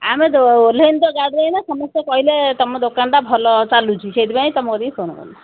ଆମେ ଓହ୍ଲେଇନୁ ତ ଗାଡ଼ିରେ ଏନା ସମସ୍ତେ କହିଲେ ତୁମ ଦୋକାନଟା ଭଲ ଚାଲୁଛି ସେଇଥିପାଇଁ ତୁମ କତିକି ଫୋନ୍ କଲି